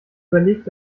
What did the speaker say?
überlegt